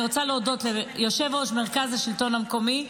אני רוצה להודות ליושב-ראש מרכז השלטון המקומי,